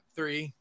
Three